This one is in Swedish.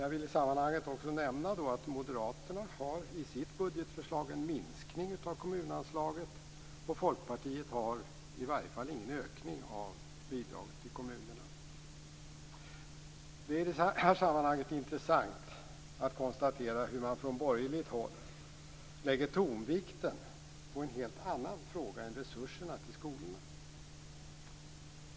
I det sammanhanget vill jag också nämna att Moderaterna i sitt budgetförslag har en minskning av kommunanslaget och Folkpartiet har i alla fall ingen ökning av bidraget till kommunerna. I det här sammanhanget är det intressant att konstatera hur man från borgerligt håll lägger tonvikten på en helt annan fråga än resurserna till skolorna.